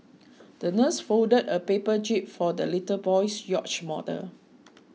the nurse folded a paper jib for the little boy's yacht model